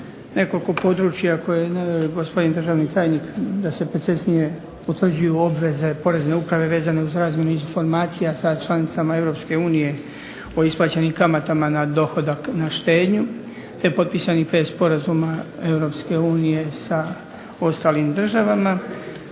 nekoliko područje koje je naveo i gospodin državni tajnik da se preciznije utvrđuju obveze Porezne uprave vezane uz razmjenu informacija sa članicama Europske unije o isplaćenim kamatama na dohodak na štednju, te potpisanih pet sporazuma Europske unije sa ostalim državama.